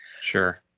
Sure